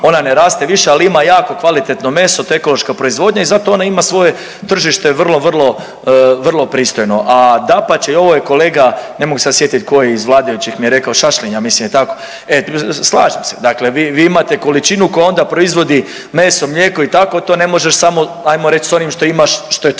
ona ne raste više, ali ima jako kvalitetno meso, to je ekološka proizvodnja i zato ona ima svoje tržište, vrlo, vrlo, vrlo pristojno, a dapače, ovo je kolega, ne mogu se sad sjetit tko je iz vladajućih mi rekao, Šašlin ja mislim, je li tako, e, slažem se, dakle vi imate količinu koja onda proizvodi meso, mlijeko i tako, to ne možeš samo, ajmo reći, s onim što imaš, što